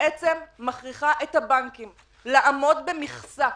הצעת החוק מכריחה את הבנקים לעמוד במכסה.